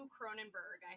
Cronenberg